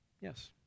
Yes